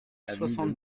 soixante